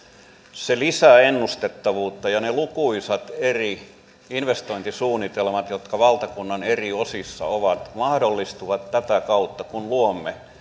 se lisää ennustettavuutta ja ne lukuisat eri investointisuunnitelmat jotka valtakunnan eri osissa ovat mahdollistuvat tätä kautta kun luomme